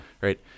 Right